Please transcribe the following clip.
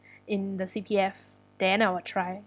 in the C_P_F then I'll try